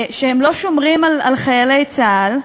שהם לא שומרים על חיילי צה"ל.